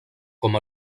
com